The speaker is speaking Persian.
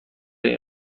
این